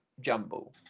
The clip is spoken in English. jumble